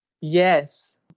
Yes